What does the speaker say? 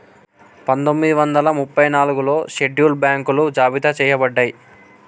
పందొమ్మిది వందల ముప్పై నాలుగులో షెడ్యూల్డ్ బ్యాంకులు జాబితా చెయ్యబడ్డయ్